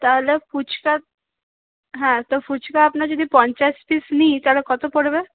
তাহলে ফুচকা হ্যাঁ তো ফুচকা আপনার যদি পঞ্চাশ পিস নিই তাহলে কত পরবে